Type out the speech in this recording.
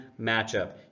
matchup